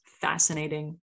fascinating